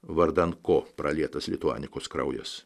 vardan ko pralietas lituanikos kraujas